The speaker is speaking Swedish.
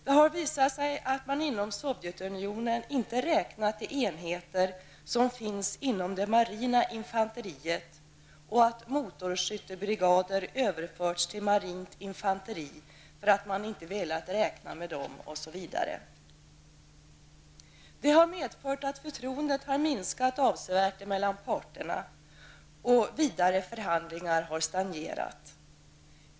Det har visat sig att man inom Sovjetunionen inte räknat de enheter som finns inom det marina infanteriet och att motorskyttebrigader överförts till marint infanteri därför att man inte velat räkna med dem, osv. Detta har medfört att förtroendet har minskat avsevärt emellan parterna och att vidare förhandlingar har stagnerat.